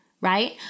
right